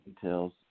details